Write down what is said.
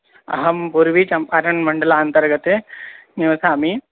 अहं पुर्वीचम्पारण्मण्डलान्तर्गते निवसामि